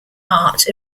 art